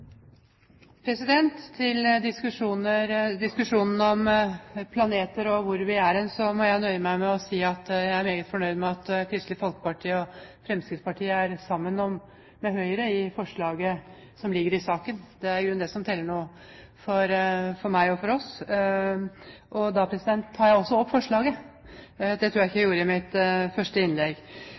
meget fornøyd med at Kristelig Folkeparti og Fremskrittspartiet er sammen med Høyre i forslaget som ligger i saken. Det er i grunnen det som teller nå for meg og for oss. Da tar jeg også opp forslaget – det tror jeg ikke jeg gjorde i mitt første innlegg.